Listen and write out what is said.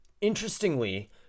Interestingly